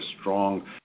strong